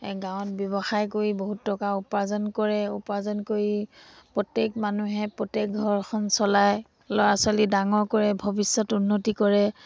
গাঁৱত ব্যৱসায় কৰি বহুত টকা উপাৰ্জন কৰে উপাৰ্জন কৰি প্ৰত্যেক মানুহে প্ৰত্যেক ঘৰখন চলাই ল'ৰা ছোৱালী ডাঙৰ কৰে ভৱিষ্যত উন্নতি কৰে